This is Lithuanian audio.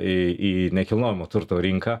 į į nekilnojamo turto rinką